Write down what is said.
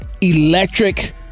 electric